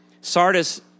Sardis